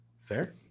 Fair